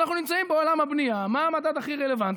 אנחנו נמצאים בעולם הבנייה, מה המדד הכי רלוונטי?